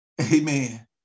Amen